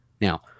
Now